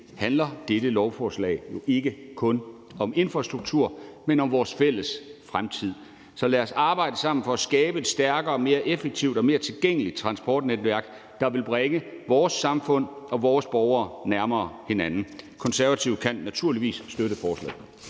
handler dette lovforslag jo ikke kun om infrastruktur, men om vores fælles fremtid. Så lad os arbejde sammen for at skabe et stærkere, mere effektivt og mere tilgængeligt transportnetværk, der vil bringe vores samfund og vores borgere nærmere hinanden. Konservative kan naturligvis støtte forslaget.